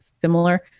similar